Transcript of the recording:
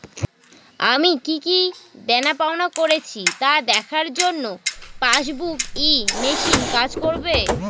আমি কি কি দেনাপাওনা করেছি তা দেখার জন্য পাসবুক ই মেশিন কাজ করবে?